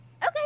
Okay